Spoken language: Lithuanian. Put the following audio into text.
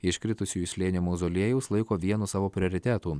iš kritusiųjų slėnio mauzoliejaus laiko vienu savo prioritetų